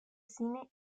cine